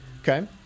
Okay